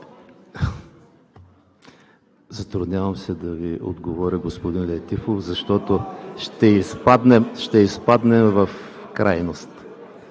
Затруднявам се да Ви отговоря, господин Летифов, защото ще изпаднем в крайност.